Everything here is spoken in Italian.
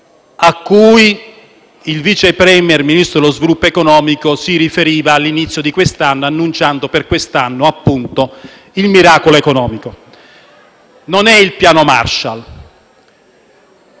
a cui il Vice *Premier* e Ministro dello sviluppo economico si riferiva all'inizio dell'anno corrente, annunciando per quest'anno, appunto, il miracolo economico. Non è il piano Marshall